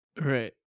Right